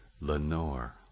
Lenore